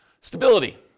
Stability